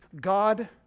God